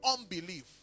unbelief